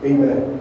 Amen